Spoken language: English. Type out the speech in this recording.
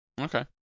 Okay